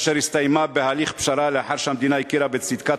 אשר הסתיימה בהליך פשרה לאחר שהמדינה הכירה בצדקת